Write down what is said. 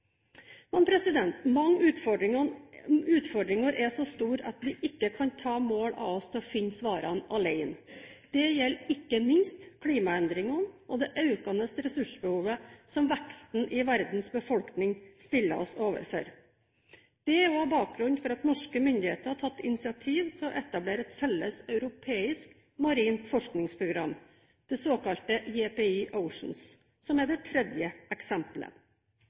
mange av utfordringene er så store at vi ikke kan ta mål av oss til å finne svarene alene. Det gjelder ikke minst klimaendringene og det økende ressursbehovet som veksten i verdens befolkning stiller oss overfor. Dette er også bakgrunnen for at norske myndigheter har tatt initiativ til å etablere et felles europeisk marint forskningsprogram, det såkalte JPI Oceans, som er det tredje eksempelet.